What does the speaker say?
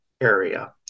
area